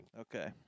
Okay